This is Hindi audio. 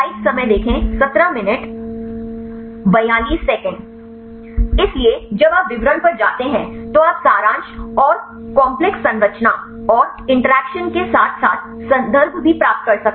इसलिए जब आप विवरण पर जाते हैं तो आप सारांश और काम्प्लेक्स संरचना और इंटरैक्शन के साथ साथ संदर्भ भी प्राप्त कर सकते हैं